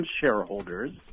shareholders